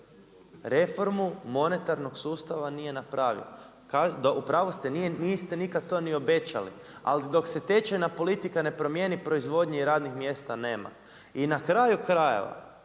Reformu monetarnog sustava nije napravio. U pravu ste, niste nikad to ni obećali ali dok se tečajna politika ne promijeni, proizvodnji radnih mjesta nema. I na kraju krajeva,